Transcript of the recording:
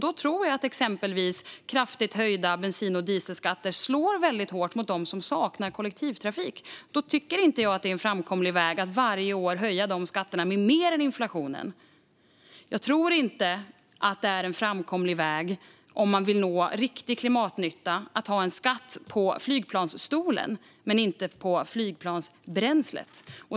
Jag tror att exempelvis kraftigt höjda bensin och dieselskatter slår hårt mot dem som saknar kollektivtrafik. Då tycker jag inte att det är en framkomlig väg att varje år höja dessa skatter med mer än inflationen. Jag tror inte att det är en framkomlig väg, om man vill nå riktig klimatnytta, att ha en skatt på flygplansstolen men inte på flygplansbränslet.